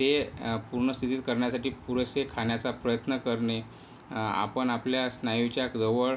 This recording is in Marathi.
ते पूर्ण स्थितीत करण्यासाठी पुरेसे खाण्याचा प्रयत्न करणे आपण आपल्या स्नायूच्या जवळ